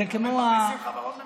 חברות ממשלתיות?